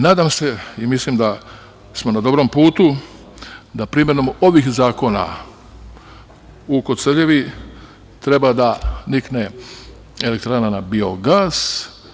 Nadam se i mislim da smo na dobrom putu da primenom ovih zakona u Koceljevi treba da nikne elektrana na biogas.